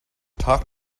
talk